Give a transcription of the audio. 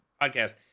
podcast